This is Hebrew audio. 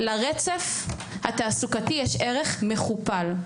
לרצף התעסוקתי יש ערך מכופל.